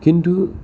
किन्टु